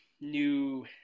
new